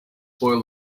spoil